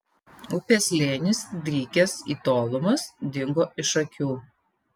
upės slėnis drykęs į tolumas dingo iš akių